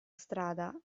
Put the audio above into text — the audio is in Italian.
strada